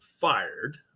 fired